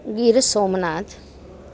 Gir Somnath